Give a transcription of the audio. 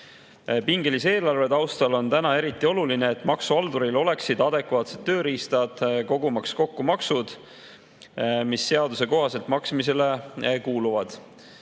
Pingelise eelarve taustal on täna eriti oluline, et maksuhalduril oleksid adekvaatsed tööriistad, kogumaks kokku maksud, mis seaduse kohaselt maksmisele kuuluvad.